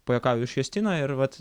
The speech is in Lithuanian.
pajuokauju iš justino ir vat